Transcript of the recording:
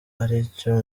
aricyo